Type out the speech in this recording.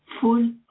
full